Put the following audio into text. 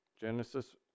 Genesis